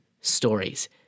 stories